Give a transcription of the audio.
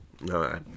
No